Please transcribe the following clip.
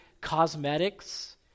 cosmetics